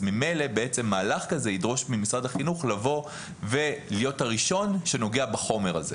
ממילא מהלך כזה ידרוש ממשרד החינוך להיות הראשון שנוגע בחומר הזה.